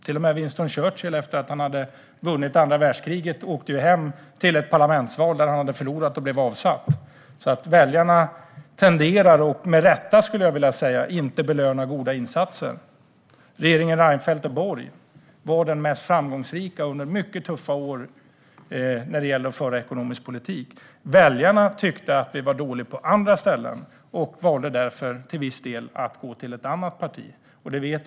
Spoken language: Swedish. Till och med Winston Churchill förlorade parlamentsvalet och blev avsatt efter andra världskriget. Väljarna tenderar alltså, med rätta, att inte belöna goda insatser. Regeringen Reinfeldt och Borg var den mest framgångsrika under mycket tuffa år vad gällde att föra ekonomisk politik. Väljarna tyckte att vi var dåliga på annat och valde därför till viss del att gå till ett annat parti.